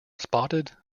spotted